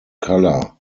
colour